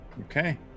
Okay